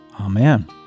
Amen